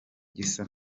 gisa